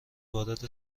وارد